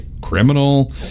criminal